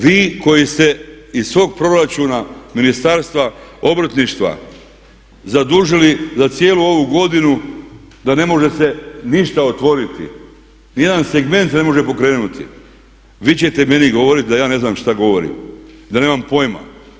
Vi koji ste iz svog proračuna Ministarstva obrtništva zadužili za cijelu ovu godinu da ne može se ništa otvoriti, niti jedan segment se ne može pokrenuti, vi ćete meni govoriti da ja ne znam šta govorim, da nemam pojma.